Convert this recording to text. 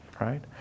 right